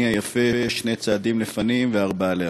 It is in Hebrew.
היפה: שני צעדים קדימה וארבעה לאחור.